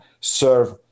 serve